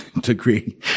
degree